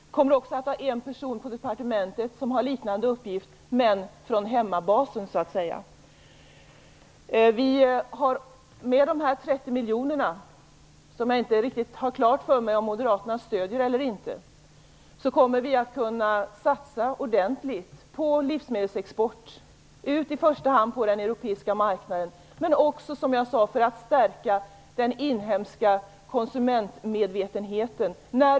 Det kommer också att finnas en person på departementet som har en liknande uppgift, men han skall så att säga jobba från hemmabasen. Med dessa 30 miljoner - som jag inte riktigt har klart för mig om moderaterna stöder eller inte - kommer vi att kunna satsa ordentligt på livsmedelsexport, i första till den europeiska marknaden, men också som jag sade för att stärka den inhemska konsumentmedvetenheten.